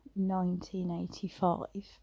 1985